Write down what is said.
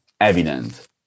evident